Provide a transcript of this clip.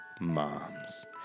moms